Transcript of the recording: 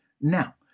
now